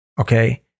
okay